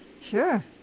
Sure